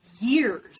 years